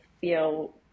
feel